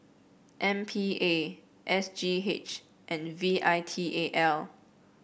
M P A S G H and V I T A L